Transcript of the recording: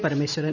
Parameswaran